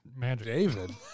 David